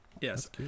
Yes